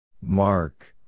Mark